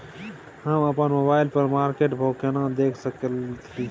हम अपन मोबाइल पर मार्केट भाव केना देख सकै छिये?